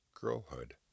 girlhood